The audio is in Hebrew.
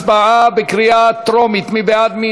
הצבעה בקריאה טרומית, מי בעד?